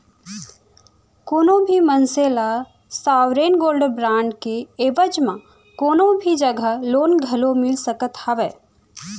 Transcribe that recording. कोनो भी मनसे ल सॉवरेन गोल्ड बांड के एवज म कोनो भी जघा लोन घलोक मिल सकत हावय